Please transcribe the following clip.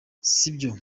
sibyo